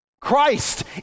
Christ